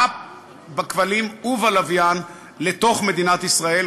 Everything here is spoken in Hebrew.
בכבלים ובלוויין לתוך מדינת ישראל,